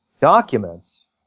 documents